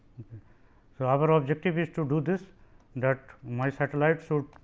so other objective is to do this that my satellite should